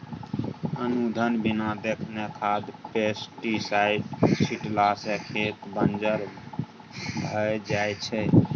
अनधुन बिना देखने खाद पेस्टीसाइड छीटला सँ खेत बंजर भए जाइ छै